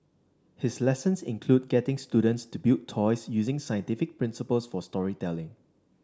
his lessons include getting students to build toys using scientific principles for storytelling